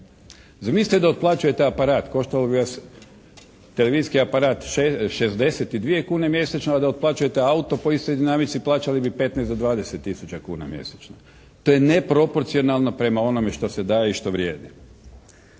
Zamislite da otplaćujete aparat, koštalo bi vas televizijski aparat 62 kune mjesečno, a da otplaćujete auto po istoj dinamici plaćali bi 15 do 20 tisuća kuna mjesečno. To je neproporcionalno prema onome što se daje i što vrijedi.